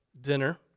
dinner